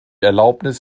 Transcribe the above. erlaubnis